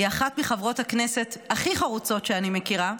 היא אחת מחברות הכנסת הכי חרוצות שאני מכירה,